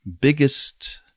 biggest